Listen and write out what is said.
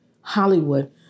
Hollywood